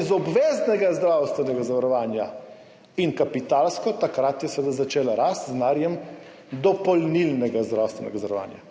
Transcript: iz obveznega zdravstvenega zavarovanja in kapitalsko je takrat seveda začela rasti z denarjem dopolnilnega zdravstvenega zavarovanja.